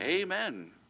Amen